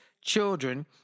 children